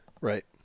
Right